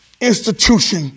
institution